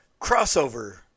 crossover